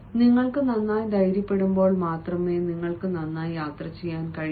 നിങ്ങൾക്ക് നന്നായി ധൈര്യപ്പെടുമ്പോൾ മാത്രമേ നിങ്ങൾക്ക് നന്നായി യാത്ര ചെയ്യാൻ കഴിയൂ